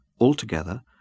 altogether